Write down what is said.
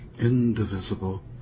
indivisible